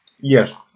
Yes